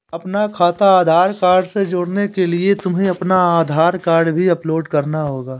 अपना खाता आधार कार्ड से जोड़ने के लिए तुम्हें अपना आधार कार्ड भी अपलोड करना होगा